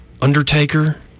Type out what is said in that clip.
Undertaker